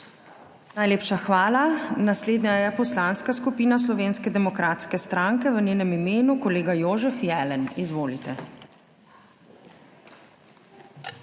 Najlepša hvala. Naslednja je Poslanska skupina Slovenske demokratske stranke, v njenem imenu kolega Jožef Jelen. Izvolite.